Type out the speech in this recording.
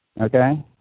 Okay